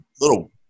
little